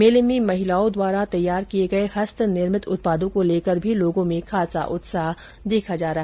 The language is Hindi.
मेले में महिलाओं द्वारा तैयार किए गए हस्तनिर्मित उत्पादों को लेकर भी लोगों में खासा उत्साह देखा गया